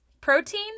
Protein